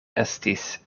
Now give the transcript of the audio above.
estis